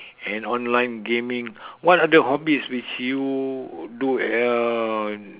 and online gaming what other hobbies which you do uh